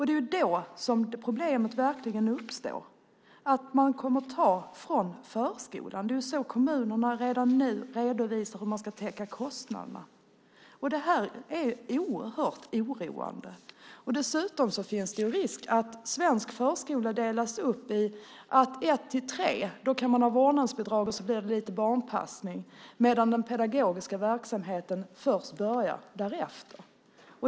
Det är då som problemet verkligen uppstår att man kommer att ta från förskolan. Det är så kommunerna redan nu redovisar hur man ska täcka kostnaderna. Det är oerhört oroande. Dessutom finns det risk att svensk förskola delas upp. För barn i åldern ett till tre år kan man ha vårdnadsbidrag och så blir det lite barnpassning, och den pedagogiska verksamheten börjar först därefter.